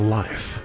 life